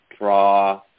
draw